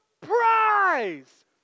prize